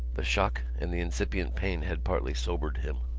the shock and the incipient pain had partly sobered him.